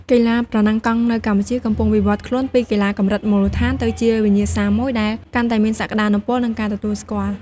កីឡាប្រណាំងកង់នៅកម្ពុជាកំពុងវិវត្តខ្លួនពីកីឡាកម្រិតមូលដ្ឋាន ទៅជាវិញ្ញាសាមួយដែលកាន់តែមានសក្ដានុពល និងការទទួលស្គាល់។